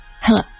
Hello